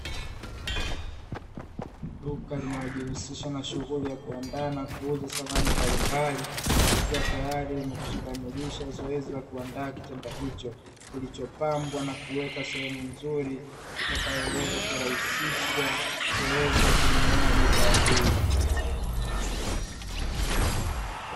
Duka linalojihusisha na shughuli ya kuandaa na kuuza samani mbalimbali, likiwa tayari limeshakamilisha zoezi la kuandaa kitanda hicho, kilichopambwa na kuwekwa sehemu nzuri, itakayoweza kurahisisha zoezi la kununua bidhaa hii.